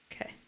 Okay